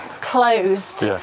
closed